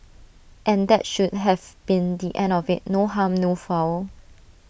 and that should have been the end of IT no harm no foul